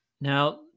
Now